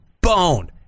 bone